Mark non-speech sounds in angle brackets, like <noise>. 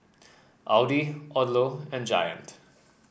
<noise> Audi Odlo and Giant